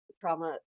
trauma